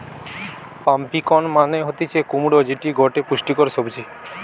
pumpkin মানে হতিছে কুমড়ো যেটি গটে পুষ্টিকর সবজি